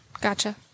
Gotcha